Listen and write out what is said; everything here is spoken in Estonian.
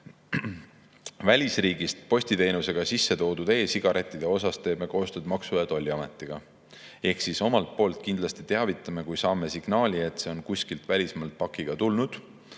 Välisriigist postiteenusega sisse toodud e‑sigarettide puhul teeme koostööd Maksu‑ ja Tolliametiga. Ehk siis omalt poolt kindlasti teavitame, kui saame signaali, et see [toode] on kuskilt välismaalt pakiga tulnud.